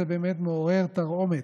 זה באמת מעורר תרעומת.